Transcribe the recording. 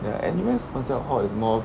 the N_U_S 放在 hall is more